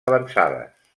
avançades